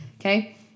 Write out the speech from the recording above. Okay